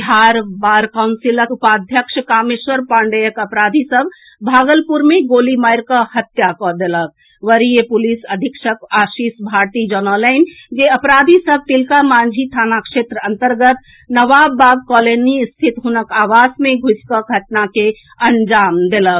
Bihar bar काउंसिलक उपाध्यक्ष कामेश्वर पांडेयक अपराधी सभ भागलपुर मे गोली मारि कऽ हत्या कऽ वरीय पुलिस अधीक्षक आशीष भारती जनौलनि जे अपराधी सभ तिलका मांझी थाना क्षेत्र अंतर्गत नवाबबाग कॉलोनी स्थित हुनक आवास मे घुसिकऽ घटना के अंजाम देलक